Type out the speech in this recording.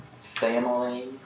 family